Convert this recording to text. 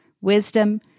Wisdom